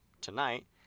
tonight